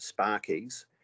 sparkies